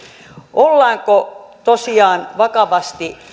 ollaanko tosiaan vakavasti